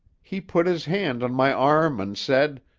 he put his hand on my arm an' said,